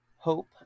hope